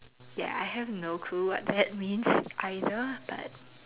ya I have no clue what that means either but